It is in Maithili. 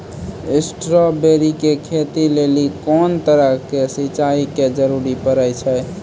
स्ट्रॉबेरी के खेती लेली कोंन तरह के सिंचाई के जरूरी पड़े छै?